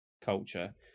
culture